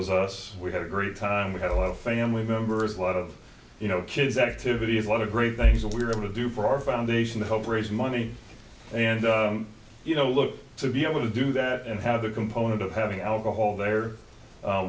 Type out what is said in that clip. was us we had a great time we had a lot of family members a lot of you know kids activities a lot of great things that we were able to do for our foundation to help raise money and you know look to be able to do that and have that component of having alcohol there